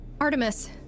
Artemis